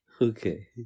Okay